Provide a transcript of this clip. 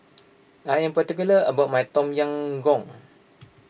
I am particular about my Tom Yam Goong